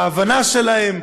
בהבנה שלהם,